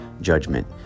judgment